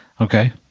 Okay